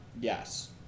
Yes